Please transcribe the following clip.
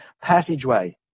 passageway